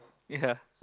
ya